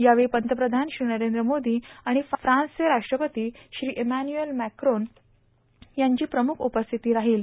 यावेळी पंतप्रधान श्री नरेंद्र मोदी आणि फ्रान्सचे राष्ट्रपती श्री ईम्यानुएल मॅक्रान यांची प्रमुख उपस्थिती राहील